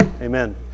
Amen